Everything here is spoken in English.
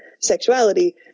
sexuality